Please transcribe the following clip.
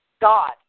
God